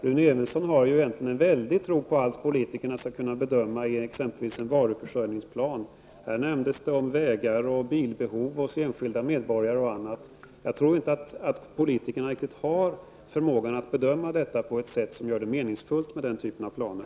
Rune Evensson har egentligen en mycket stor tilltro till politikerna och dera förmåga att göra bedömningar. Det gäller exempelvis deras förmåga att bedöma en varuförsörjningsplan. Här har det talats om vägar, om enskilda människors behov av bil och om många andra saker. Men jag tror nog inte att politikerna har förmåga att göra sådana bedömningar att det blir meningsfullt med den här typen av planer.